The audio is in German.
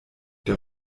der